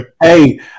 Hey